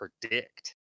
predict